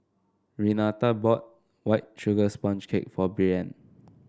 Renata bought White Sugar Sponge Cake for Breann